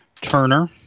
turner